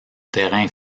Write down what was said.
terrains